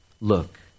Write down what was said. look